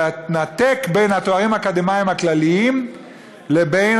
לנתק בין התארים האקדמיים הכלליים לבין